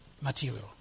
material